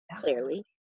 clearly